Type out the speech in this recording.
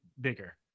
bigger